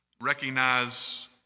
Recognize